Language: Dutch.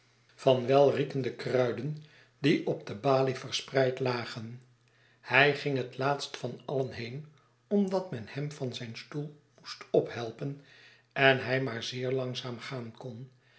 van de welriekende kruiden die op de balie verspreid lagen hij ging het laatst van alien heen omdat men hem van zijn stoel moest ophelpen en hij maar zeer langzaam gaan kon